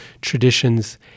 traditions